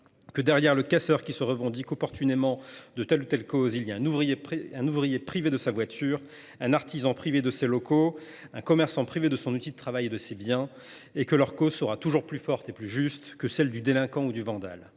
Derrière le casseur qui se revendique opportunément de telle ou telle cause, il y a un ouvrier privé de sa voiture, un artisan privé de ses locaux, un commerçant privé de son outil de travail et de ses biens. Leur cause sera toujours plus forte et plus juste que celle du délinquant ou du vandale